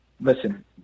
listen